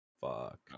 Fuck